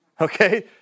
okay